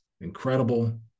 incredible